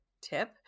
tip